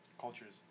cultures